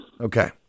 Okay